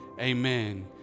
amen